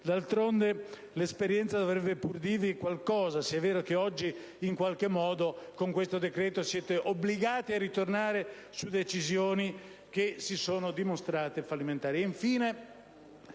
D'altronde, l'esperienza dovrebbe pur dirvi qualcosa se è vero che oggi in qualche modo, con questo decreto, siete obbligati a ritornare su decisioni che si sono dimostrate fallimentari.